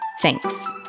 Thanks